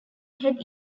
head